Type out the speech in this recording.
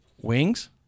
wings